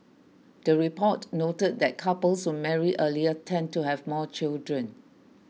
the report noted that couples who marry earlier tend to have more children